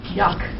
yuck